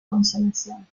consolación